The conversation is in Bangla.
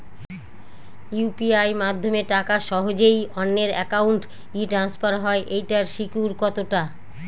ইউ.পি.আই মাধ্যমে টাকা সহজেই অন্যের অ্যাকাউন্ট ই ট্রান্সফার হয় এইটার সিকিউর কত টা?